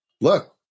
look